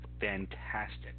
Fantastic